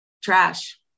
trash